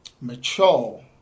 mature